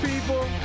people